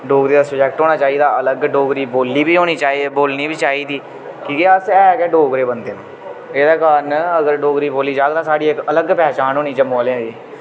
डोगरी दा सब्जेक्ट होना चाहिदा अलग डोगरी बोली बी होनी चाहिदी बोलनी बी चाहिदी कि के अस ऐ गै डोगरे बन्दे न एह्दे कारण अगर डोगरी बोली जाह्ग तां साढ़ी इक अलग पहचान होनी जम्मू आह्लें दी